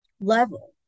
level